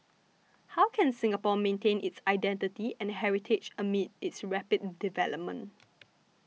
how can Singapore maintain its identity and heritage amid its rapid development